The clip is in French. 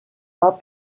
pas